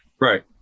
Right